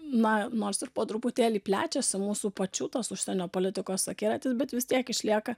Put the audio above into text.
na nors ir po truputėlį plečiasi mūsų pačių tos užsienio politikos akiratis bet vis tiek išlieka